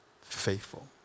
faithful